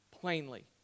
plainly